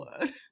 word